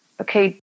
Okay